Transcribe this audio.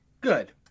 Good